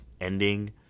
ending